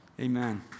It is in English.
Amen